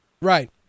Right